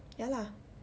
ya lah